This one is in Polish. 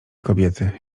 kobiety